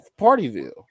partyville